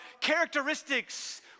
characteristics